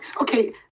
okay